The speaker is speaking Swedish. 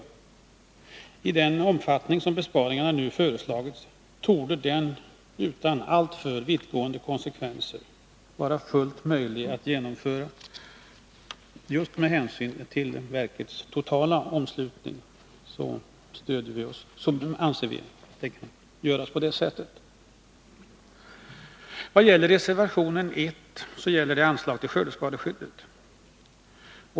Med den omfattning som föreslagna besparingar har, torde den utan alltför vittgående konsekvenser vara fullt möjlig att genomföra. Vi anser att besparingarna, just med hänsyn till verkets totala omslutning, bör göras på det sättet. Reservationen 1 gäller anslag till skördeskadeskydd.